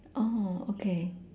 oh okay